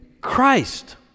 Christ